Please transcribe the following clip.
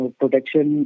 protection